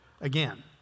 again